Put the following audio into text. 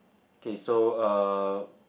okay so uh